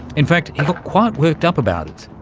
in fact he got quite worked up about it.